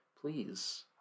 Please